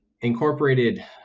incorporated